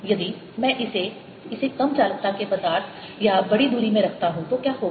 यदि मैं इसे कम चालकता के पदार्थ या बड़ी दूरी में रखता हूं तो क्या होगा